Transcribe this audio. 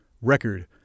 record